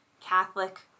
Catholic